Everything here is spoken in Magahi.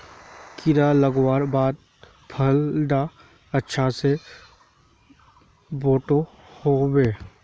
कीड़ा लगवार बाद फल डा अच्छा से बोठो होबे?